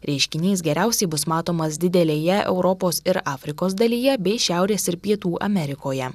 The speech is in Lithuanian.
reiškinys geriausiai bus matomas didelėje europos ir afrikos dalyje bei šiaurės ir pietų amerikoje